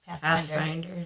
Pathfinder